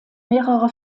mehrere